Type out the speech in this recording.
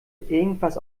irgendwas